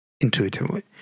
intuitively